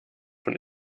von